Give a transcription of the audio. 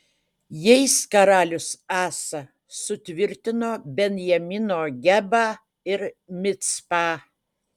jais karalius asa sutvirtino benjamino gebą ir micpą